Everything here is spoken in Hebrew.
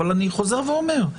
אבל אני חוזר ואומר.